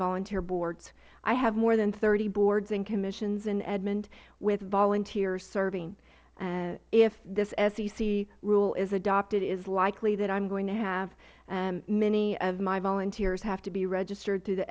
volunteer boards i have more than thirty boards and commissions in edmond with volunteers serving if this sec rule is adopted it is likely that i am going to have many of my volunteers have to be registered through the